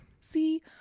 See